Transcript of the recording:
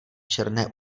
černé